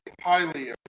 highly